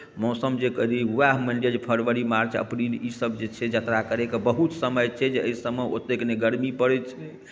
मौसम जे कनी उएह मानि लिअ जे फरवरी मार्च अप्रिल ईसभ जे छै यात्रा करैके बहुत समय छै जे एहि सभमे ओतेक नहि गर्मी पड़ै छै